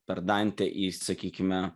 per dantę į sakykime